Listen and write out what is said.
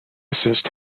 assist